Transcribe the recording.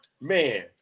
Man